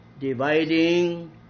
dividing